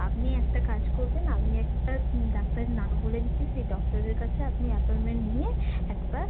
আপনি একটা কাজ করবেন আমি একটা ডাক্তারের নাম বলে দিচ্ছি সেই ডক্টরের কাছে আপনি অ্যাপয়েন্টমেন্ট নিয়ে একবার